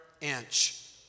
inch